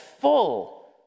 full